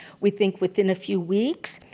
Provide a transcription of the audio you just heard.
we think within a few weeks.